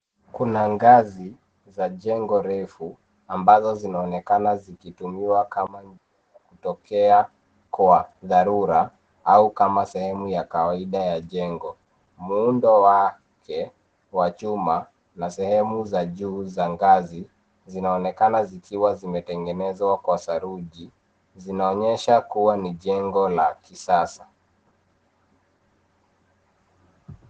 Kuna ngazi za jengo refu ambazo zinaonekana zikitumiwa kama njia ya kutokea kwa dharura au kama sehemu ya kawaida ya jengo. Muundo wake wa chuma na sehemu za juu za ngazi zinaonekana zikiwa zimetengenezwa kwa saruji zinaonyesha kuwa ni jengo la kisasa.